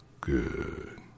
Good